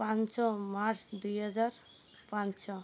ପାଞ୍ଚ ମାର୍ଚ୍ଚ ଦୁଇ ହଜାର ପାଞ୍ଚ